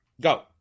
Go